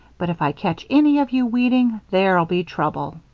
but if i catch any of you weeding, there'll be trouble.